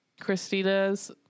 Christina's